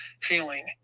feeling